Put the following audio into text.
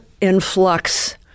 influx